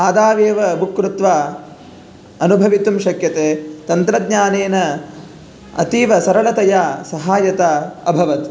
आदावेव बुक् कृत्वा अनुभवितुं शक्यते तन्त्रज्ञानेन अतीवसरलतया सहायता अभवत्